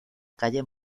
calle